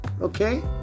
Okay